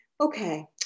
Okay